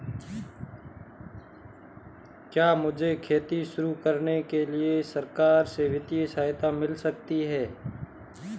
क्या मुझे खेती शुरू करने के लिए सरकार से वित्तीय सहायता मिल सकती है?